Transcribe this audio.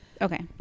Okay